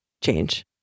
change